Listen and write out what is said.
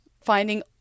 finding